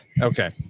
Okay